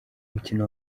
umukino